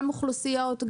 גם אוכלוסיות,